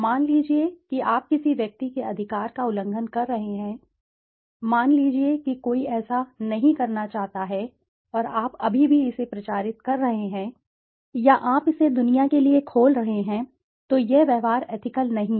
मान लीजिए कि आप किसी व्यक्ति के अधिकार का उल्लंघन कर रहे हैं मान लीजिए कि कोई ऐसा नहीं करना चाहता है और आप अभी भी इसे प्रचारित कर रहे हैं या आप इसे दुनिया के लिए खोल रहे हैं तो यह व्यवहार एथिकल नहीं है